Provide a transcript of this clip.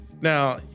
Now